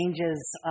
changes